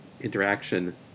interaction